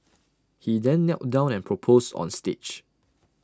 he then knelt down and proposed on stage